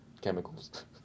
chemicals